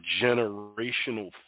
generational